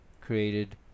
created